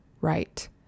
right